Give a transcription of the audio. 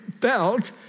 felt